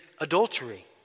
adultery